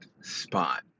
spot